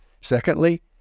Secondly